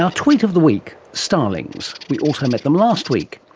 ah tweet of the week starlings. we also met them last week.